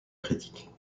critique